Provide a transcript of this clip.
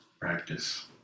practice